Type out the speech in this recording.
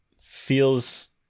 feels